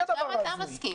היא הדבר ההזוי.